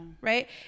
right